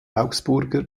augsburger